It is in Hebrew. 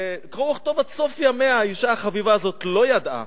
קרוא וכתוב עד סוף ימיה האשה החביבה הזאת לא ידעה,